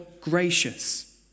gracious